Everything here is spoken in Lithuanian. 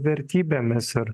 vertybėmis ir